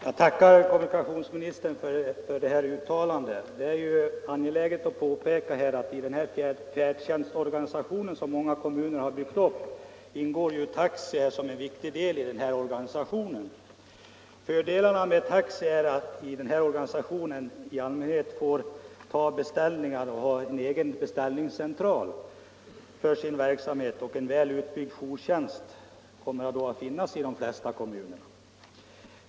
Herr talman! Jag tackar kommunikationsministern för det här uttalandet. Det är angeläget att påpeka att i den färdtjänstorganisation som många kommuner byggt upp ingår taxi som en viktig del. Fördelarna med taxi i organisationen är att taxi i allmänhet har en egen beställningscentral för sin verksamhet, och en väl utbyggd jourtjänst kommer då att finnas i de flesta kommuner.